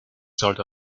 sort